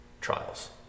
trials